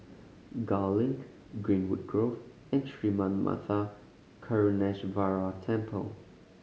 Gul Link Greenwood Grove and Sri Manmatha Karuneshvarar Temple